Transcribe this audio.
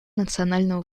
национального